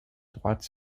droite